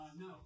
No